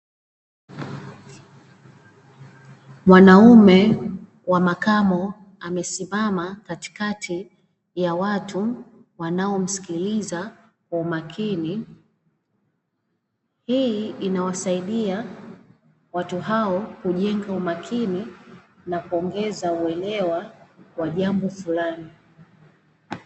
Mwanaume wa makamo amesimama katikati ya watu wanao wanaomsikiliza kwa makini, hii inawasaidia watu hao kujenga umakin na kuongeza uelewa wa jambo fulani.